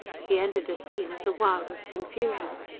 he entered a scene of the wildest confusion.